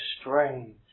strange